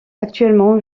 actuellement